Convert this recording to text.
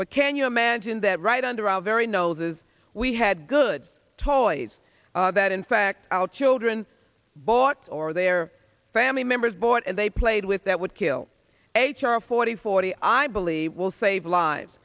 but can you imagine that right under our very noses we had good tollways that in fact our children bought or their family members bought and they played with that would kill h r forty forty i believe will save lives